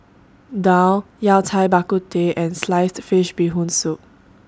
Daal Yao Cai Bak Kut Teh and Sliced Fish Bee Hoon Soup